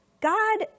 God